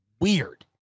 Weird